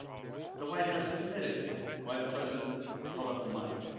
the white house admitted why the president held up the money.